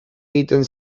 egiten